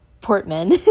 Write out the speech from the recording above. Portman